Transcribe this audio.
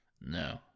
No